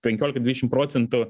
penkiolika dvidešimt procentų